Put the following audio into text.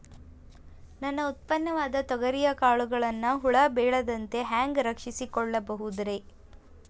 ನನ್ನ ಉತ್ಪನ್ನವಾದ ತೊಗರಿಯ ಕಾಳುಗಳನ್ನ ಹುಳ ಬೇಳದಂತೆ ಹ್ಯಾಂಗ ರಕ್ಷಿಸಿಕೊಳ್ಳಬಹುದರೇ?